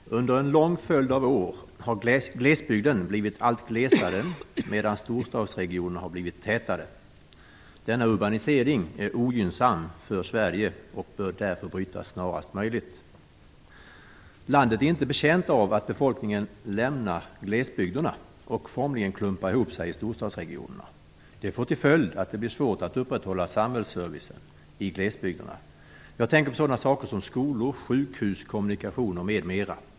Fru talman! Under en lång följd av år har glesbygden blivit allt glesare medan storstadsregionerna har blivit tätare. Denna urbanisering är ogynnsam för Sverige och bör därför brytas snarast möjligt. Landet är inte betjänt av att befolkningen lämnar glesbygderna och formligen klumpar ihop sig i storstadsregionerna. Det får till följd att det blir svårt att upprätthålla samhällsservicen i glesbygderna. Jag tänker på sådana saker som skolor, sjukhus, kommunikationer m.m.